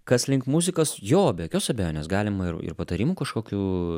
kas link muzikos jo be jokios abejonės galima ir ir patarimų kažkokių